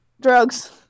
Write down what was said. drugs